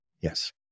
yes